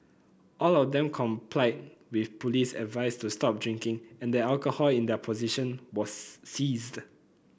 all of them complied with police advice to stop drinking and the alcohol in their possession was seized